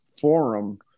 forum